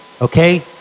okay